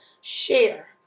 share